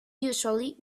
usually